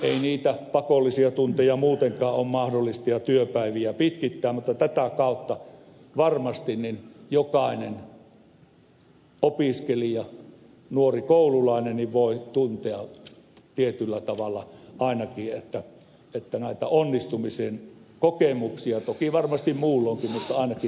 ei niitä pakollisia tunteja ja työpäiviä muutenkaan ole mahdollista pitkittää mutta tätä kautta varmasti jokainen opiskelija nuori koululainen voi tuntea tietyllä tavalla ainakin näitä onnistumisen kokemuksia toki varmasti muulloinkin mutta ainakin tätä kautta